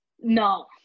No